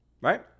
right